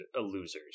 losers